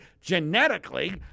genetically